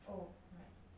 oh right